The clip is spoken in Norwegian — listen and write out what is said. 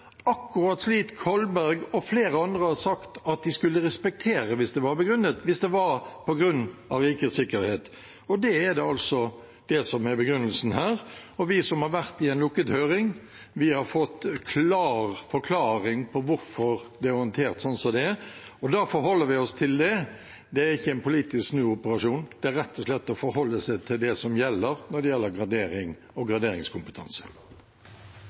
akkurat det representanten Kolberg og flere andre har sagt, at de skulle respektere det hvis det var begrunnet slik, hvis det var på grunn av rikets sikkerhet. Det er altså det som er begrunnelsen her. Vi som har vært i en lukket høring, har fått en klar forklaring på hvorfor det er håndtert slik det er, og da forholder vi oss til det. Det er ikke en politisk snuoperasjon, det er rett og slett å forholde seg til det som gjelder, når det gjelder gradering og graderingskompetanse.